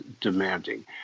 demanding